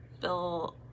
Bill